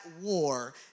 war